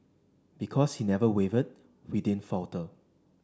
because he never wavered we didn't falter